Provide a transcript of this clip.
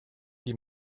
die